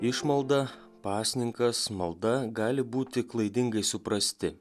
išmalda pasninkas malda gali būti klaidingai suprasti